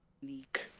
unique